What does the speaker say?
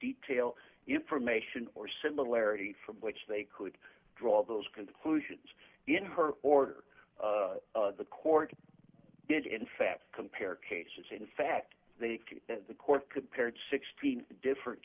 detail information or similarity from which they could draw those conclusions in her order the court did in fact compare cases in fact the court compared sixteen different